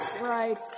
Right